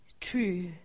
true